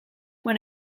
when